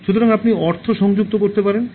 সুতরাং আপনি অর্থ সংযুক্ত করতে পারেন